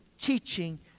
teaching